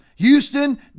Houston